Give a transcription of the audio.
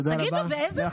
תודה רבה.